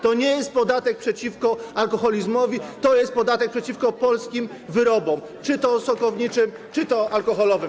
To nie jest podatek przeciwko alkoholizmowi, to jest podatek przeciwko polskim wyrobom, czy to sokowniczym, czy to alkoholowym.